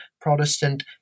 Protestant